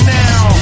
now